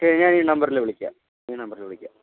ശരി ഞാൻ ഈ നമ്പറിൽ വിളിക്കാം ഈ നമ്പറിൽ വിളിക്കാം